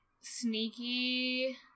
sneaky